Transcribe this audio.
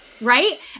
Right